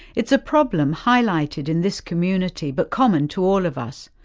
it's a problem highlighted in this community but common to all of us.